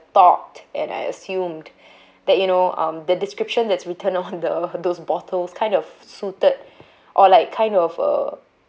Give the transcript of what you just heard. thought and I assumed that you know um the description that's written on the those bottles kind of suited or like kind of uh